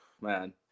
man